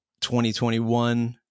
2021